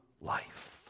life